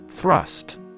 Thrust